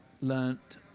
learnt